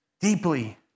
deeply